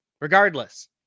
Regardless